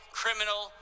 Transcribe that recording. criminal